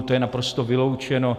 To je naprosto vyloučeno.